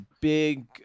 big